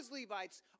Levites